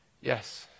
yes